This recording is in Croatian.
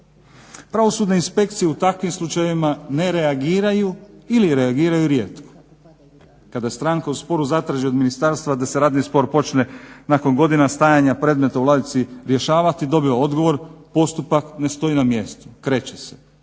Pravosudne inspekcije u takvim slučajevima ne reagiraju ili reagiraju rijetko. Kada stranka u sporu zatraži od Ministarstva da se radni spor počne nakon godina stajanja predmeta u ladici rješavati dobiva odgovor postupak ne stoji na mjestu, kreće se,